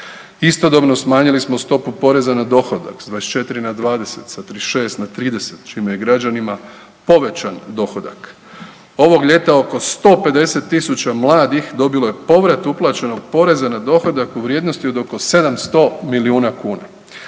Istodobno, smanjili smo stopu poreza na dohodak s 24, na 20, s 36 na 30, čime je građanima povećan dohodak. Ovog ljeta oko 150 tisuća mladih dobilo je povrat uplaćenog poreza na dohodak u vrijednosti od oko 700 milijuna kuna.